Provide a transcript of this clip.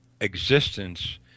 existence